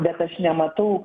bet aš nematau